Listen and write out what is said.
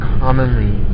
commonly